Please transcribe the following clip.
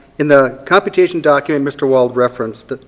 in the computation document mr. wald referenced,